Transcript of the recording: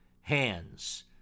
hands